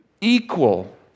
equal